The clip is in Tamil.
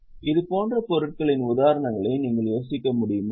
இதுபோன்ற பொருட்களின் உதாரணங்களை நீங்கள் யோசிக்க முடியுமா